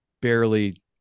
barely